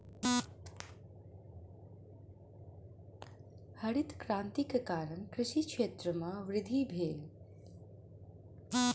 हरित क्रांति के कारण कृषि क्षेत्र में वृद्धि भेल